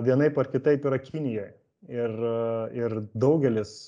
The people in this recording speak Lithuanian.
vienaip ar kitaip yra kinijoj ir ir daugelis